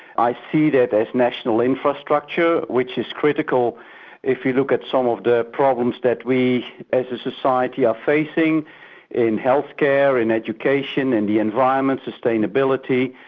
i see that as national infrastructure which is critical if you look at some of the problems that we as a society are facing in healthcare, in education, in the environment, sustainability.